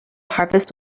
harvest